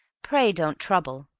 pray don't trouble,